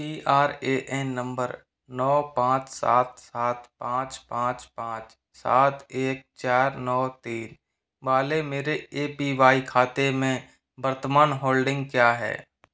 P R A N number नौ पाँच सात सात पाँच पाँच पाँच सात एक चार नौ तीन वाले मेरे ए पी वाई खाते में वर्तमान होल्डिंग क्या है